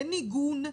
אין עיגון.